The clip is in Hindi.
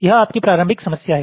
यह आपकी प्रारंभिक समस्या है